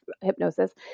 hypnosis